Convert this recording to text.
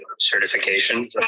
certification